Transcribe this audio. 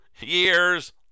years